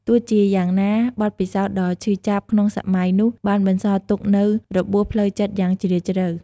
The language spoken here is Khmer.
ទោះជាយ៉ាងណា បទពិសោធន៍ដ៏ឈឺចាប់ក្នុងសម័យនោះបានបន្សល់ទុកនូវរបួសផ្លូវចិត្តយ៉ាងជ្រាលជ្រៅ។